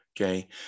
okay